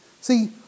See